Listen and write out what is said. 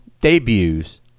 debuts